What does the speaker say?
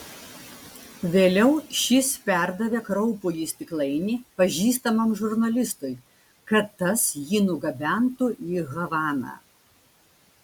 vėliau šis perdavė kraupųjį stiklainį pažįstamam žurnalistui kad tas jį nugabentų į havaną